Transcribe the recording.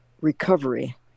recovery